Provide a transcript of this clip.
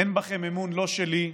אין בכם אמון לא שלי,